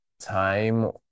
time